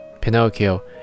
Pinocchio